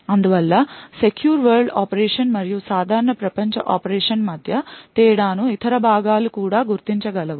అందువల్ల secure world operation మరియు సాధారణ ప్రపంచ ఆపరేషన్ మధ్య తేడాను ఇతర భాగాలు కూడా గుర్తించగలవు